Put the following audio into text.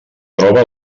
troba